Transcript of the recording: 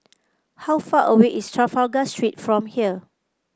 how far away is Trafalgar Street from here